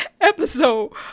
episode